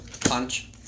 punch